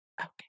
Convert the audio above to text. Okay